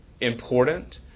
important